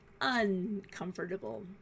uncomfortable